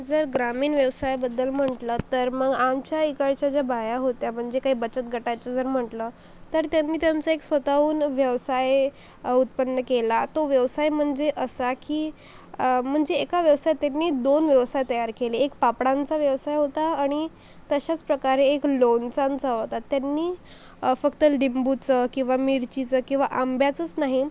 जर ग्रामीण व्यवसायाबद्दल म्हंटलं तर मग आमच्या इकडच्या ज्या बाया होत्या म्हणजे काही बचत गटाचं जर म्हंटलं तर त्यांनी त्यांचं एक स्वतःहून व्यवसाय उत्पन्न केला तो व्यवसाय म्हणजे असा की म्हणजे एका व्यवसायात त्यांनी दोन व्यवसाय तयार केले एक पापडांचा व्यवसाय होता आणि तशास प्रकारे एक लोणचांचा होता त्यांनी फक्त लिंबूचं किंवा मिरचीचं किंवा आंब्याचंच नाही